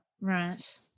Right